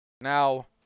Now